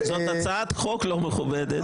זאת הצעת חוק לא מכובדת.